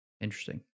interesting